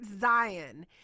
Zion